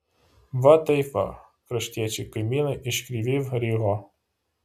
va taip va kraštiečiai kaimynai iš kryvyj riho